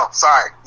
sorry